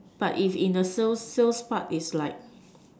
but if in sales sales part is like